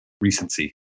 recency